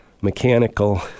mechanical